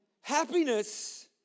Happiness